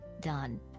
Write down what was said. done